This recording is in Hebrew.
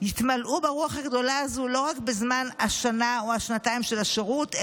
יתמלאו ברוח הגדולה הזו לא רק בזמן השנה או השנתיים של השירות,